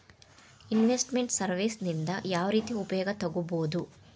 Invest made services ನಿಂದಾ ಯಾವ್ರೇತಿ ಉಪಯೊಗ ತಗೊಬೊದು?